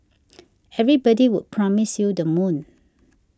everybody would promise you the moon